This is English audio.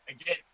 again